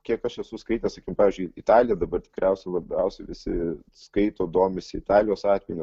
kiek aš esu skaitęs pavyzdžiui italiją dabar tikriausiai labiausiai visi skaito domisi italijos atvejį